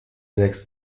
sechs